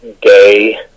gay